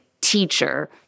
teacher